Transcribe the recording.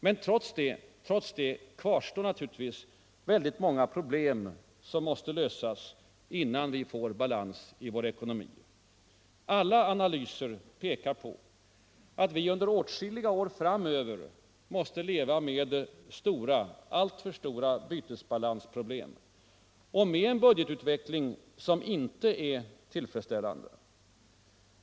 Men trots det kvarstår naturligtvis väldigt många problem som måste lösas innan vi får balans i vår ekonomi. Alla analyser pekar på att vi under åtskilliga år framöver måste leva med alltför stora bytesbalansproblem och med en budgetutveckling som inte är tillfredsställande.